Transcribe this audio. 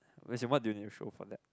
as in what do you need to show for that